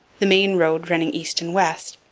the main road running east and west,